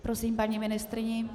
Prosím paní ministryni.